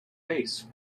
base